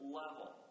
level